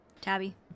Tabby